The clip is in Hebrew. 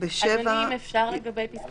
אפשר לצאת